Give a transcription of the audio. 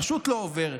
פשוט לא עובר.